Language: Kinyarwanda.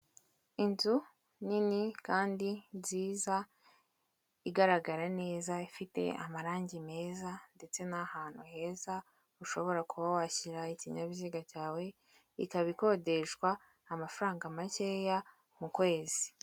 Inzu nini kandi nziza, igaragara neza, ifite amarangi meza ndetse n'ahantu heza ushobora kuba washyira ikinyabiziga cyawe, ikaba ikodeshwa amafaranga makeya mu kwezi.